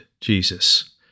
Jesus